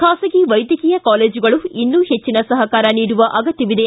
ಖಾಸಗಿ ವೈದ್ಯಕೀಯ ಕಾಲೇಜುಗಳು ಇನ್ನೂ ಹೆಚ್ಚಿನ ಸಹಕಾರ ನೀಡುವ ಅಗತ್ಯವಿದೆ